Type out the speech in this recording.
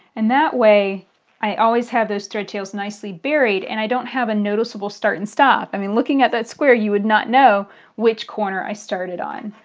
and that way i always have those thread tails nicely buried and i don't have a noticeable start and stop. i mean looking at that square you would not know which corner i started on.